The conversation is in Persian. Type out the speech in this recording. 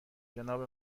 جناب